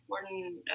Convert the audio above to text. important